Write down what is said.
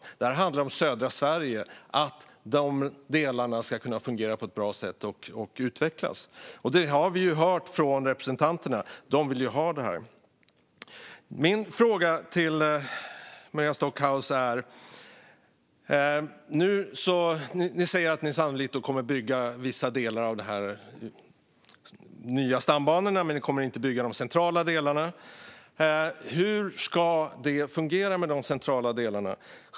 Nej, det här handlar om södra Sverige, vars olika delar ska kunna fungera på ett bra sätt och utvecklas. Vi har hört från representanterna att de vill ha detta. Maria Stockhaus! Ni säger att ni sannolikt kommer att bygga vissa delar av de nya stambanorna men inte de centrala delarna. Hur ska det då fungera med de centrala delarna?